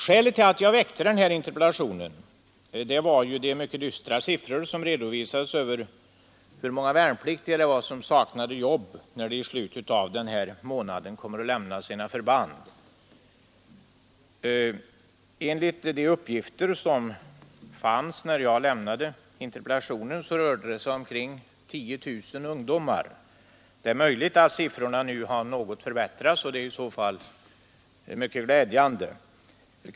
Skälet till att jag framställde interpellationen var de mycket dystra siffror som redovisades över hur många värnpliktiga som kommer att sakna jobb när de i slutet av denna månad lämnar sina förband. Enligt de uppgifter som fanns när jag framställde interpellationen rörde det sig om ca 10 000 ungdomar. Det är möjligt att siffrorna nu har förbättrats, och detta är i så fall mycket glädjande.